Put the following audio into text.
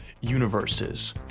universes